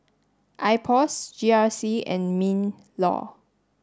IPOS G R C and MINLAW